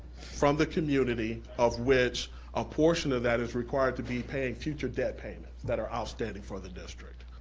from the community of which a portion of that is required to be paid in future debt payments that are outstanding for the district.